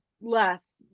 less